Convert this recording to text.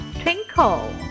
twinkle